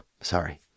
sorry